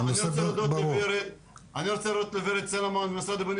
אני רוצה להודות לוורד סלומון ממשרד הבינוי